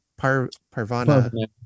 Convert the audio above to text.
Parvana